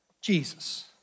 Jesus